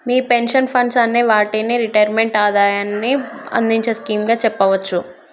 మీ pension funds అనే వాటిని retirement ఆదాయాన్ని అందించే స్కీమ్ గా చెప్పవచ్చు